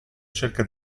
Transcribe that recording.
cerca